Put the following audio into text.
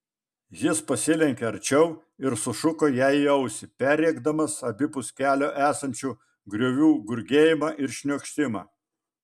jis pasilenkė arčiau ir sušuko jai į ausį perrėkdamas abipus kelio esančių griovių gurgėjimą ir šniokštimą